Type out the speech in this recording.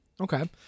Okay